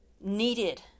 needed